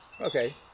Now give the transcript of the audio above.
Okay